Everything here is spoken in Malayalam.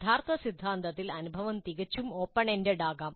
യഥാർത്ഥ സിദ്ധാന്തത്തിൽ അനുഭവം തികച്ചും ഓപ്പൺ എൻഡഡ് ആകാം